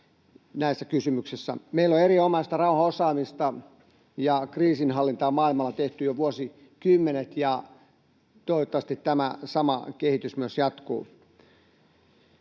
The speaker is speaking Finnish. näissä kysymyksissä. Meillä on erinomaista rauhanosaamista ja kriisinhallintaa maailmalla tehty jo vuosikymmenet, ja toivottavasti tämä sama kehitys myös jatkuu.